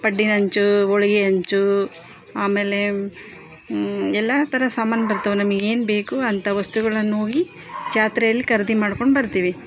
ಪಡ್ಡಿನ ಅಂಚು ಹೋಳ್ಗೆ ಅಂಚು ಆಮೇಲೆ ಎಲ್ಲ ಥರ ಸಾಮಾನು ಬರ್ತವೆ ನಮಗೆ ಏನು ಬೇಕು ಅಂತ ವಸ್ತುಗಳನ್ನ ಹೋಗಿ ಜಾತ್ರೆಲಿ ಕರ್ದು ಮಾಡ್ಕೊಂಡು ಬರ್ತೀವಿ